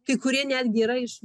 kai kurie netgi yra iš